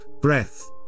breath